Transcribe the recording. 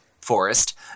forest